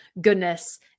goodness